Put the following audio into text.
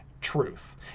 truth